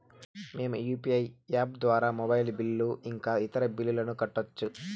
మేము UPI app ద్వారా mobile bill ఇంకా ఇతర బిల్లులను కట్టొచ్చు